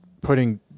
putting